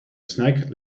snack